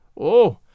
Oh